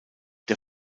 der